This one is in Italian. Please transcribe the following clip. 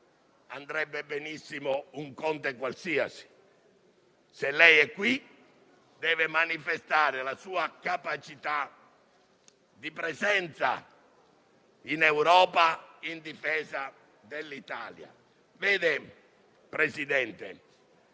andrebbe benissimo un Conte qualsiasi. Se lei è qui, deve manifestare la sua capacità di presenza in Europa in difesa dell'Italia. Signor Presidente